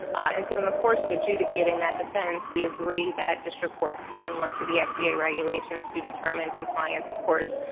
and so in the course of adjudicating that defense, we agree that district courts can look to the fda regulations to determine compliance, of course,